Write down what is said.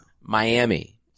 Miami